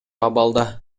абалда